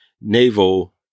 naval